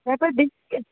ତାପରେ ଦେଖିବା